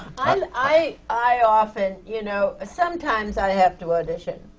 um i i often, you know sometimes, i have to audition.